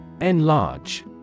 Enlarge